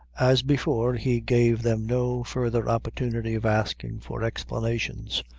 as before, he gave them no further opportunity of asking for explanations,